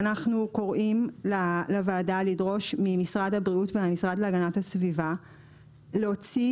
אנחנו רואים לוועדה לדרוש ממשרד הבריאות ומהמשרד להגנת הסביבה להוציא